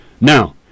now